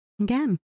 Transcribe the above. Again